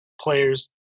players